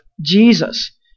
Jesus